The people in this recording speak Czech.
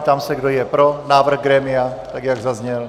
Ptám se, kdo je pro návrh grémia tak, jak zazněl.